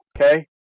okay